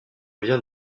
vient